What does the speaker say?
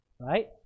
Right